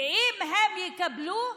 ואם הם יקבלו,